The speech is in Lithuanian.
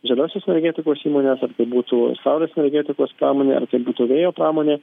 žaliosios energetikos įmones būtų saulės energetikos pramonė ar tai būtų vėjo pramonė